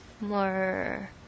more